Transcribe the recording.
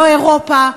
לא אירופה,